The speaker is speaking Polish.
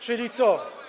Czyli co?